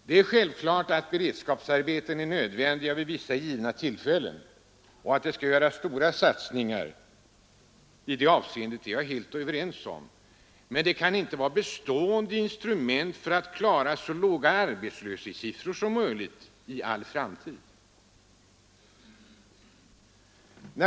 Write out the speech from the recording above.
Det är självklart att beredskapsarbeten är nödvändiga vid vissa givna tillfällen, och att det skall göras stora satsningar i det avseendet instämmer jag helt i. Men det kan inte få vara ett bestående instrument för att klara så låga arbetslöshetssiffror som möjligt i all framtid.